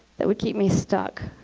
that would keep me stuck.